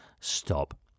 stop